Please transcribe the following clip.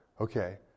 Okay